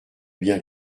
bien